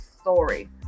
story